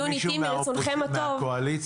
דיון איתי מרצונכם הטוב --- אין כאן מישהו מהקואליציה,